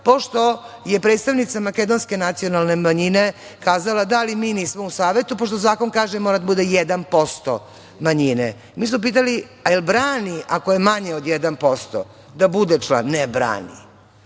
pošto je predstavnica makedonske nacionalne manjine kazala – da, ali mi nismo u savetu, pošto zakon kaže mora da bude 1% manjine. Mi smo pitali – da li brani ako je manje od 1% da bude član? Ne brani. Tako